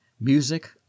music